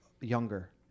younger